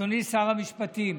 אדוני שר המשפטים,